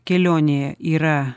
kelionėje yra